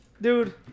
Dude